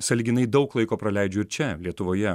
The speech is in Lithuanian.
sąlyginai daug laiko praleidžiu čia lietuvoje